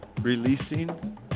releasing